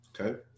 okay